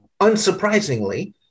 unsurprisingly